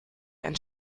einen